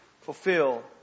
fulfill